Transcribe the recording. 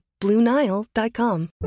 BlueNile.com